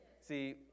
See